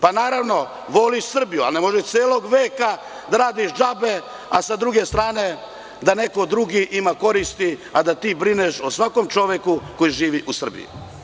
Pa, naravno voli Srbiju, a ne može celog veka da radiš džabe, a sa druge strane da neko drugi ima koristi, a da ti brineš o svakom čoveku koji živi u Srbiji.